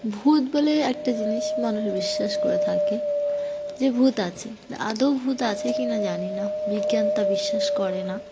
ভূত বলে একটা জিনিস মানুষ বিশ্বাস করে থাকে যে ভূত আছে আদৌ ভূত আছে কি না জানি না বিজ্ঞান তা বিশ্বাস করে না